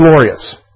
glorious